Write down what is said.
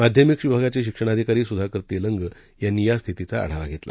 माध्यमिकविभागाचेशिक्षणाधिकारीसुधाकरतेलंगयांनीयास्थितीचाआढावाघेतला